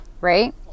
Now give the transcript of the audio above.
right